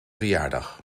verjaardag